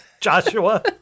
Joshua